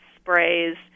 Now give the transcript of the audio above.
sprays